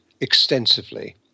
extensively